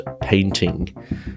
painting